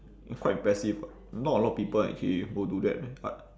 quite impressive [what] not a lot of people actually will do that but